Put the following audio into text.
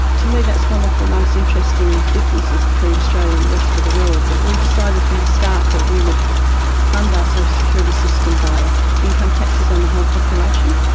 to me that's one of the most interesting differences between australia and the rest of the world, that we decided from the start that we would fund our social security system by income taxes on the whole population,